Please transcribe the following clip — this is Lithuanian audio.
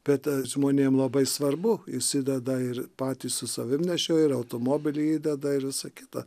bet žmonėm labai svarbu įsideda ir patys su savim nešioja ir automobilį įdeda ir visa kita